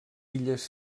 illes